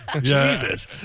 Jesus